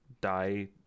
die